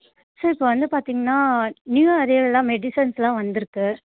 sir இப்போ வந்து பார்த்தீங்கன்னா நியூ அரைவல்லாக மெடிசன்ஸ்ஸெலாம் வந்திருக்கு